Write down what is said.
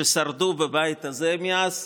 ששרדו בבית הזה מאז,